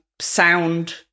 sound